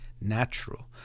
natural